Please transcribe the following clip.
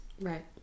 Right